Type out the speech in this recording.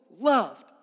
loved